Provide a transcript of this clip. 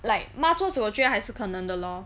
like 抹桌子我觉得还是可能的 lor